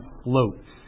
floats